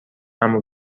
اما